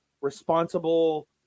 responsible